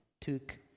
took